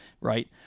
Right